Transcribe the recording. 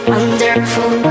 Wonderful